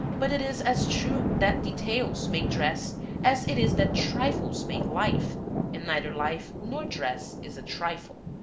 but it is as true that details make dress as it is that trifles make life and neither life nor dress is a trifle.